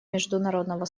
международного